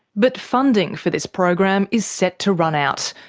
but funding for this program is set to run out,